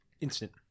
Instant